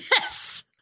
Yes